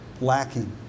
lacking